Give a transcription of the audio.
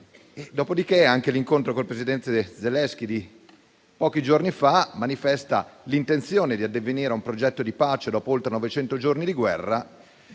Dopodiché, anche l'incontro con il presidente Zelensky di pochi giorni fa manifesta l'intenzione di addivenire a un progetto di pace dopo oltre novecento giorni di guerra.